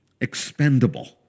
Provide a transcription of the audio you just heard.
expendable